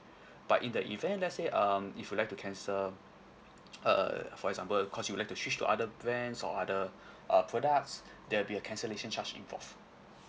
but in the event let's say um if you would like to cancel err for example because you would like to switch to other brands or other uh products there will be a cancellation charge involved